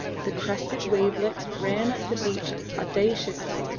the crested wavelets ran up the beach audaciously,